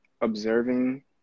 observing